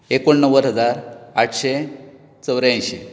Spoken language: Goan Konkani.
एकुण णव्वद हजार आठशें चौऱ्याांशीं